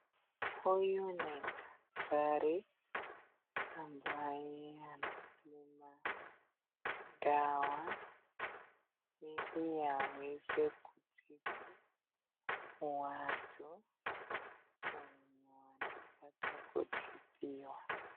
Huyu ni daktari ambaye anaoima dawa ili aweza kutibu watu wenye wanataka kutibiwa.